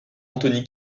anthony